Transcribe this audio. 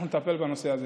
אנחנו נטפל בנושא הזה.